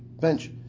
Bench